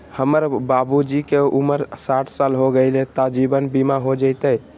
हमर बाबूजी के उमर साठ साल हो गैलई ह, जीवन बीमा हो जैतई?